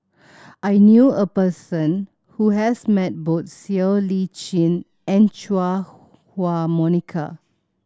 I knew a person who has met both Siow Lee Chin and Chua Huwa Monica